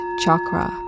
chakra